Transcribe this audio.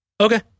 Okay